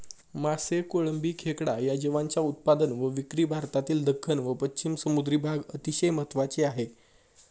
मासे, कोळंबी, खेकडा या जीवांच्या उत्पादन व विक्री भारतातील दख्खन व पश्चिम समुद्री भाग अतिशय महत्त्वाचे आहे